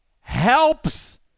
helps